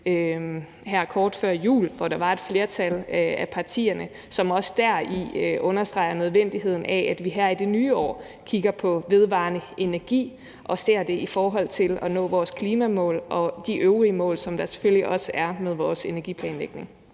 vedtagelsestekst, hvor der var et flertal af partierne, som understregede nødvendigheden af, at vi her i det nye år kigger på vedvarende energi og ser på det i forhold til at nå vores klimamål og de øvrige mål, som der selvfølgelig også er for vores energiplanlægning.